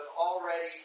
already